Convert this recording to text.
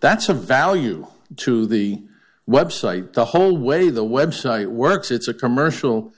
that's a value to the website the whole way the website works it's a commercial